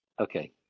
Okay